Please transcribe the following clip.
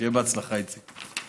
שיהיה בהצלחה, איציק.